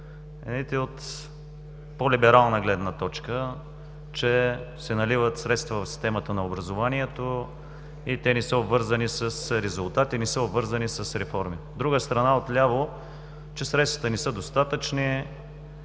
Едните – от по-либерална гледна точка, че се наливат средства в системата на образованието, и те не са обвързани с резултати, не са обвързани с реформи. Друга страна – от ляво, че средствата не са достатъчни,